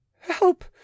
help